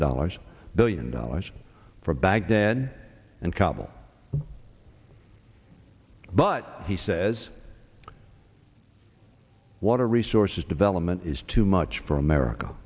dollars billion dollars for baghdad and kabul but he says water resources development is too much for america